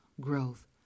growth